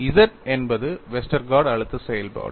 Z என்பது Westergaard அழுத்த செயல்பாடு